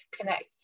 connect